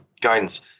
guidance